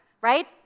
right